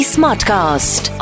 Smartcast